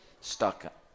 stuck